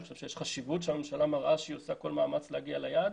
יש חשיבות שהממשלה מראה שהיא עושה מאמץ להגיע ליעד